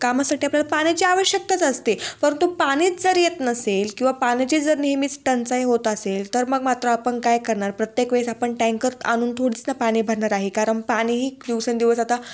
कामासाठी आपल्याला पाण्याची आवश्यकताच असते परंतु पाणीच जर येत नसेल किंवा पाण्याची जर नेहमीच टंचाई होत असेल तर मग मात्र आपण काय करणार प्रत्येक वेळेस आपण टँकर आणून थोडीसनं पाणी भरणार आहे कारण पाणीही दिवसेंदिवस आता